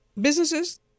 businesses